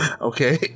okay